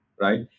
right